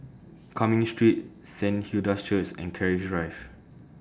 Cumming Street Saint Hilda's Church and Keris Drive